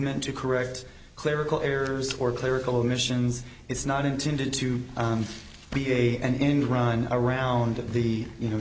meant to correct clerical errors or clerical admissions it's not intended to be a an end run around of the you know